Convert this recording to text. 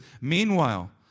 Meanwhile